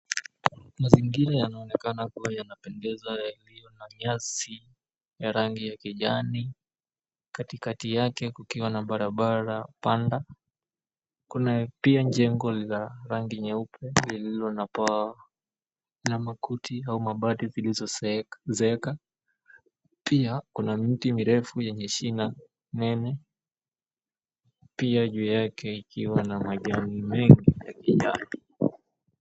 Mazingira yanaonekana kuwa yanapendeza, yaliyo na nyasi za rangi ya kijani. Katikati yake kukiwa na barabara panda, kuna pia jengo la rangi nyeupe lililo na paa la makuti au mabati yaliyoozeeka. Pia kuna miti mirefu yenye shina nene, pia juu yake ikiwa na majani mengi ya kijani.